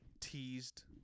teased